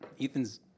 Ethan's